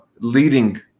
leading